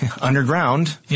underground